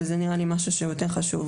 וזה נראה לי משהו שהוא יותר חשוב,